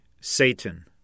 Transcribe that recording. Satan